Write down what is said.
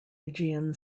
aegean